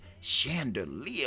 chandelier